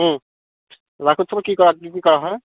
কি কি কৰা হয়